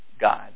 God